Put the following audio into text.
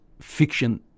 fiction